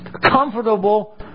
comfortable